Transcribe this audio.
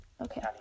Okay